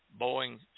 Boeing